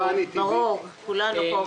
ברור, כולנו פה.